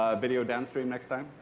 video downstream next time